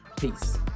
Peace